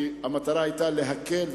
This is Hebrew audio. כי המטרה היתה להקל,